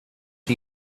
are